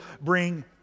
bring